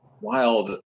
wild